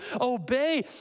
obey